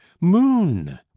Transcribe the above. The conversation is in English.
moon